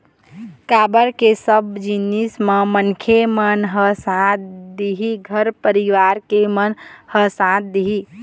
काबर के सब जिनिस म मनखे मन ह साथ दे दिही घर परिवार के मन ह साथ दिही